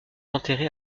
enterré